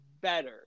better